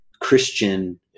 Christian